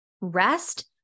Rest